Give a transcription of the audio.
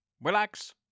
relax